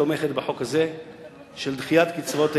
תומכת בחוק הזה של דחיית קצבאות,